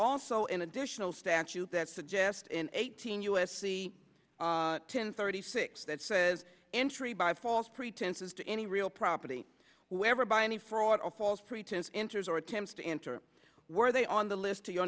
also an additional statute that suggest in eighteen u s c ten thirty six that says entry by false pretenses to any real property whoever by any fraud or false pretense enters or attempts to enter were they on the list to your